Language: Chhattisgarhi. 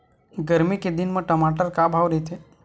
गरमी के दिन म टमाटर का भाव रहिथे?